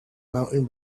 mountain